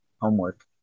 Homework